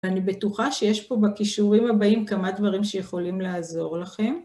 אני בטוחה שיש פה בקישורים הבאים כמה דברים שיכולים לעזור לכם.